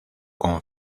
con